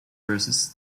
versus